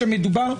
כשמדובר,